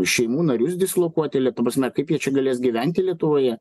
šeimų narius dislokuoti lie ta prasme kaip jie čia galės gyventi lietuvoje